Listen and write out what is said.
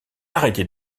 arrêtez